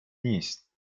نیست